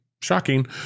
Shocking